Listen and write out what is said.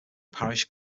parish